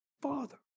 father